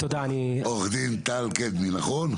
עורך דין טל קדמי, נכון?